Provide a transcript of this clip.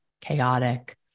chaotic